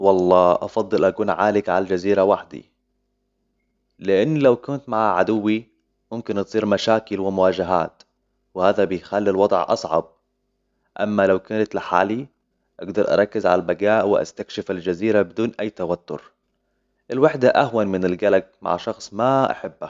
والله أفضل أكون عالق على الجزيرة وحدي لأن لو كنت مع عدوي ممكن تصير مشاكل ومواجهات وهذا بيخلي الوضع أصعب أما لو كنت لحالي أقدر أركز على البقاء وأستكشف الجزيرة بدون أي توتر الوحدة أهون من القلق مع شخص ما أحبه